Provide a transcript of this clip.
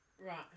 Right